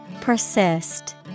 Persist